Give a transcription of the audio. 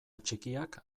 txikiak